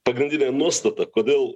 pagrindinė nuostata kodėl